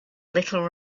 little